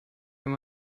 wenn